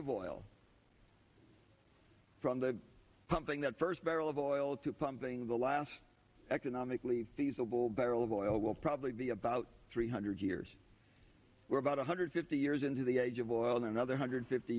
of oil from the something that first barrel of oil to pumping the last economically feasible barrel of oil will probably be about three hundred years we're about one hundred fifty years into the age of oil in another hundred fifty